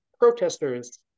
protesters